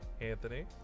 Anthony